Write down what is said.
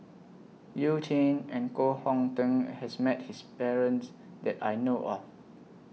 YOU Jin and Koh Hong Teng has Met His Parents that I know of